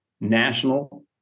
national